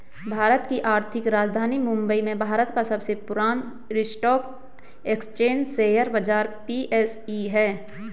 भारत की आर्थिक राजधानी मुंबई में भारत का सबसे पुरान स्टॉक एक्सचेंज शेयर बाजार बी.एस.ई हैं